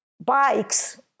bikes